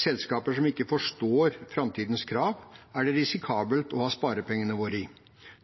Selskaper som ikke forstår framtidens krav, er det risikabelt å ha sparepengene våre i.